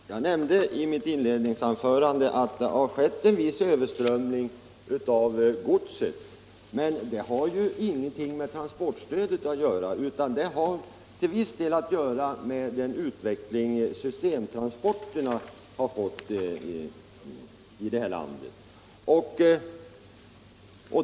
Fru talman! Jag nämnde i mitt inledningsanförande att det har skett en viss överströmning av gods, men det har ingenting med transportstödet att göra, utan det är till viss del en följd av den utveckling systemtransporterna har genomgått här i landet.